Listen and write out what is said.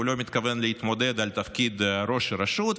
הוא לא מתכוון להתמודד על תפקיד ראש הרשות,